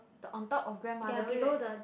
the on top of grandmother wait wait